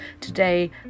today